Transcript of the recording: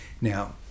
Now